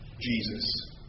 Jesus